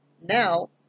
now